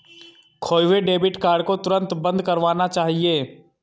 खोये हुए debit card को तुरंत बंद करवाना चाहिए